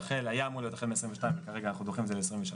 והיה אמור להיות החל מה-22' וכרגע אנחנו דוחים את זה ל-23',